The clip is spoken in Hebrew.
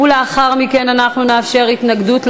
לאחר מכן אנחנו נאפשר התנגדות לחוק,